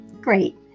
Great